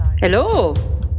Hello